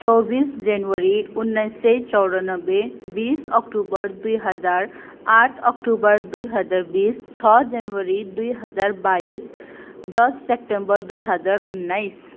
चौबिस जनवरी उन्नाइ सय चौरानब्बे बिस अक्टोबर दुई हजार आठ अक्टोबर दुई हजार बिस छ जनवरी दुई हजार बाइस दस सेप्टेम्बर दुई हजार उन्नाइस